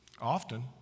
often